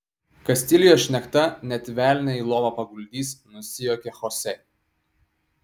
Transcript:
kastilijos šnekta net velnią į lovą paguldys nusijuokė chose